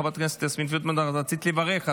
חברת הכנסת יסמין פרידמן, רצית לברך.